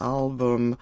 album